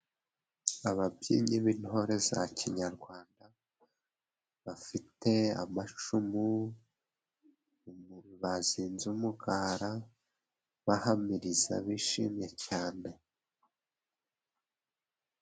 Ababyinnyi b'intore za kinyarwanda bafite amacumu, bazinze umugara bahamiriza, bishimye cyane.